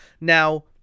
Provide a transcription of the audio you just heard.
Now